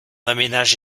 aménage